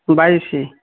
ବାଇଶି